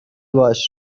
باهاش